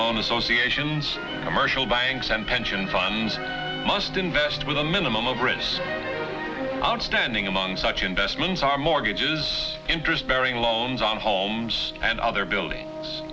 loan associations commercial banks and pension funds must invest with a minimum of risk outstanding among such investments are mortgages interest bearing loans on homes and other buildings